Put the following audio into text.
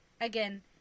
again